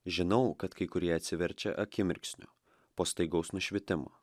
žinau kad kai kurie atsiverčia akimirksniu po staigaus nušvitimo